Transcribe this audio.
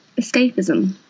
escapism